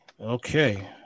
Okay